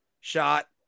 Shot